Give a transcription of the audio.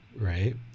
right